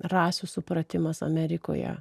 rasių supratimas amerikoje